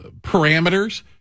parameters